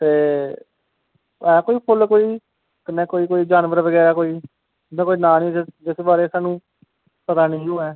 ते है कोई फुल्ल कोई कन्नैं कोई जानवर बगैरा कोई जेह्दा नाऽ जेह्दे बारे च स्हानू पता नी होऐ